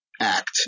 Act